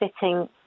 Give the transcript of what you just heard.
sitting